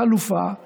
חלופה ראויה,